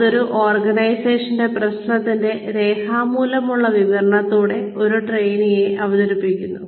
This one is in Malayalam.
ഇത് ഒരു ഓർഗനൈസേഷണൽ പ്രശ്നത്തിന്റെ രേഖാമൂലമുള്ള വിവരണത്തോടെ ഒരു ട്രെയിനിയെ അവതരിപ്പിക്കുന്നു